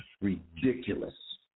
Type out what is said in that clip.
ridiculous